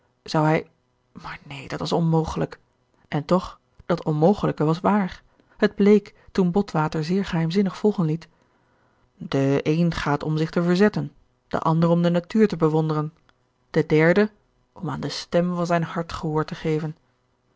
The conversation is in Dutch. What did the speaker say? zou hij maar neen dat was onmogelijk en toch dat onmogelijke was waar het bleek toen botwater zeer geheimzinnig volgen liet de een gaat om zich te verzetten de ander om de natuur te bewonderen de derde om aan de stem van zijn hart gehoor te geven